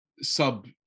sub